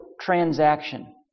transaction